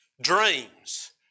dreams